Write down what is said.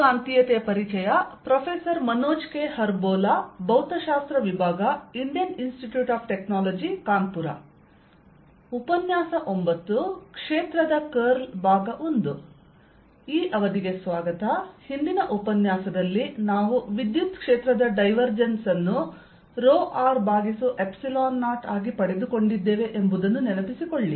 ಕ್ಷೇತ್ರದ curl I ಹಿಂದಿನ ಉಪನ್ಯಾಸದಲ್ಲಿ ನಾವು ವಿದ್ಯುತ್ ಕ್ಷೇತ್ರದ ಡೈವರ್ಜೆನ್ಸ್ ಅನ್ನು ರೋ r ಭಾಗಿಸು ϵ0 ಆಗಿ ಪಡೆದುಕೊಂಡಿದ್ದೇವೆ ಎಂಬುದನ್ನು ನೆನಪಿಸಿಕೊಳ್ಳಿ